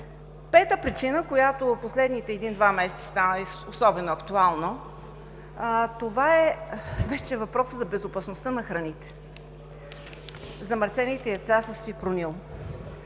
Пета причина, която последните един-два месеца стана особено актуална – въпросът за безопасността на храните. Замърсените яйца с фипронил,